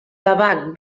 tabac